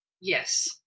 Yes